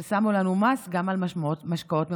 אבל שמו לנו מס גם על משקאות ממותקים.